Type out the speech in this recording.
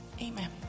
Amen